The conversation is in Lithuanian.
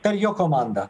per jo komandą